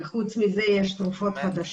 וחוץ מזה יש תרופות חדשות.